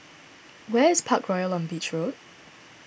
where is Parkroyal on Beach Road